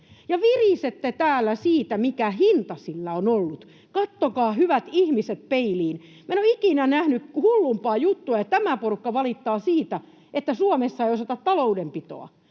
ja virisette täällä siitä, mikä hinta sillä on ollut. Katsokaa, hyvät ihmiset, peiliin. Minä en ole ikinä nähnyt hullumpaa juttua. Ja tämä porukka valittaa siitä, että Suomessa ei osata taloudenpitoa.